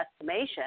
estimation